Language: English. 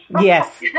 Yes